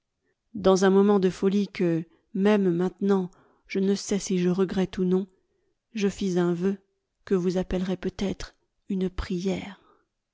dans un moment de folie que même maintenant je ne sais si je regrette ou non je fis un vœu que vous appellerez peut-être une prière